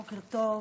בוקר טוב.